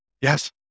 Yes